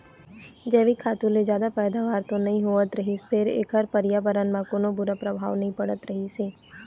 जइविक खातू ले जादा पइदावारी तो नइ होवत रहिस फेर एखर परयाबरन म कोनो बूरा परभाव नइ पड़त रहिस हे